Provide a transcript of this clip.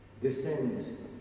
descends